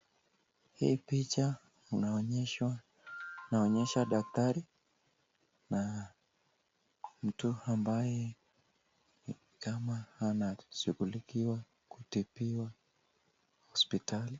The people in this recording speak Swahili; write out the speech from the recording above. Hii picha inaonyesha daktari na mtu ambaye ni kama anashughulikiwa kutibiwa hospitali.